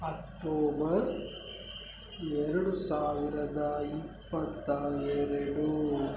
October ಎರಡು ಸಾವಿರದ ಇಪ್ಪತ್ತ ಎರಡು